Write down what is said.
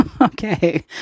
Okay